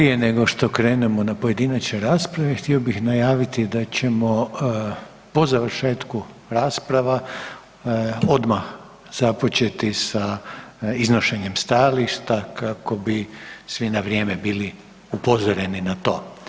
Prije nego što krenemo na pojedinačne rasprave htio bih najaviti da ćemo po završetku rasprava odmah započeti sa iznošenjem stajališta kako bi svi na vrijeme bili upozoreni na to.